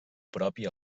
propi